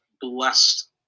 blessed